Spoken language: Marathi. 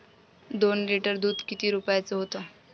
दोन लिटर दुध किती रुप्याचं हाये?